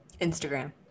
instagram